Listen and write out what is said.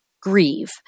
grieve